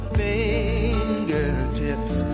fingertips